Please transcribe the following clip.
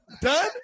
done